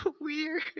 weird